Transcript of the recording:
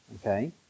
okay